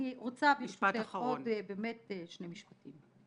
ברשותך, אני רוצה לומר באמת עוד שני משפטים.